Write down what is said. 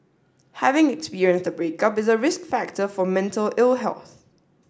having experienced a breakup is a risk factor for mental ill health